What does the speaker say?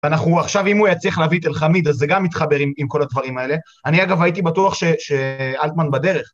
אנחנו עכשיו, אם הוא היה צריך להביא את אלחמיד, אז זה גם מתחבר עם כל הדברים האלה. אני אגב הייתי בטוח שאלטמן בדרך.